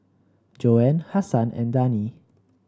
Joanne Hasan and Dani